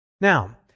Now